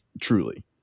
truly